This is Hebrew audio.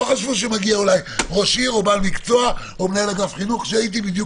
לא חשבו שמגיע ראש עיר או בעל מקצוע או מנהל אגף חינוך שהייתי בדיוק